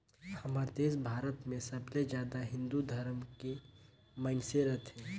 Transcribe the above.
हमर देस भारत मे सबले जादा हिन्दू धरम के मइनसे रथें